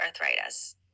arthritis